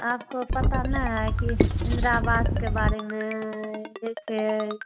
आपको पता ना है कि इंद्रा आवास के बारे में एक